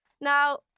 Now